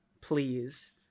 please